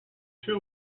two